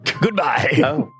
Goodbye